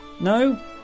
No